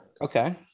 Okay